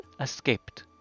escaped